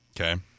Okay